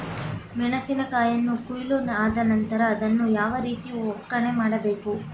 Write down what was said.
ಮೆಣಸಿನ ಕಾಯಿಯನ್ನು ಕೊಯ್ಲು ಆದ ನಂತರ ಅದನ್ನು ಯಾವ ರೀತಿ ಒಕ್ಕಣೆ ಮಾಡಬೇಕು?